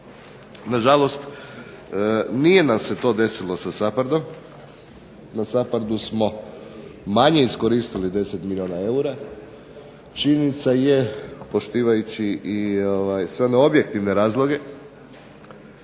Na žalost nije nam se to desilo sa SAPARD-om. Na SAPARD-u smo manje iskoristili 10 milijuna eura. Činjenica je, poštivajući i sve one objektivne razloge,